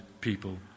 people